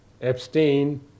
abstain